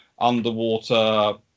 underwater